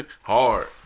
Hard